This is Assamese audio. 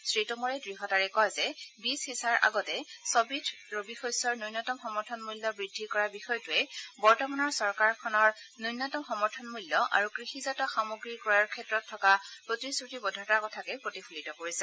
শ্ৰীটোমৰে দৃঢ়তাৰে কয় যে বীজ সিঁচাৰ আগতে ছবিধ ৰবি শস্যৰ ন্যূনতম সমৰ্থন মূল্য বৃদ্ধি কৰাৰ বিষয়টোৱে বৰ্তমানৰ চৰকাৰখনৰ ন্যূনতম সমৰ্থন মূল্য আৰু কৃষিজাত সামগ্ৰী ক্ৰয়ৰ ক্ষেত্ৰত থকা প্ৰতিশ্ৰতিবদ্ধতাৰ কথাকে প্ৰতিফলিত কৰিছে